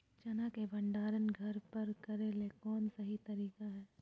चना के भंडारण घर पर करेले कौन सही तरीका है?